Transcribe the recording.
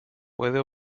puede